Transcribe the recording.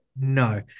No